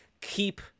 keep